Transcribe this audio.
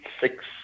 six